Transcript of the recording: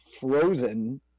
frozen